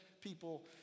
people